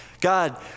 God